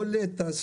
רולטה,